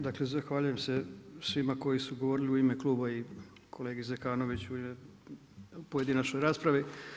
Dakle, zahvaljujem se svima koji su govorili u ime kluba i kolegi Zekanoviću na pojedinačnoj raspravi.